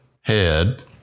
head